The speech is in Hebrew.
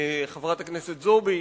חברת הכנסת זועבי,